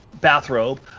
bathrobe